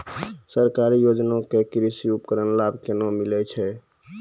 सरकारी योजना के कृषि उपकरण लाभ केना मिलै छै?